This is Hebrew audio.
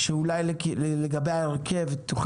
אז שיהיה ברור שהעברה של מכסה שהיא חלק ממכסה ותיקה,